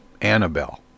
Annabelle